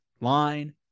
Line